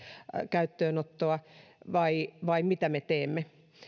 käyttöönottoa vai vai mitä me teemme